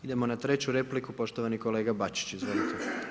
Idemo na 3. repliku, poštovani kolega Bačić, izvolite.